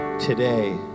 today